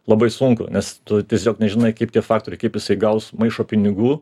labai sunku nes tu tiesiog nežinai kaip tie faktoriai kaip jisai gaus maišą pinigų